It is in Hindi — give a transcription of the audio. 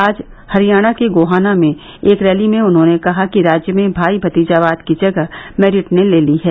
आज हरियाणा के गोहाना में एक रैली में उन्होंने कहा कि राज्य में भाई भतीजावाद की जगह मेरिट ने ले ली है